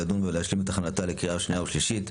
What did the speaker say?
לדון ולהשלים את הכנתה לקריאה השנייה והשלישית.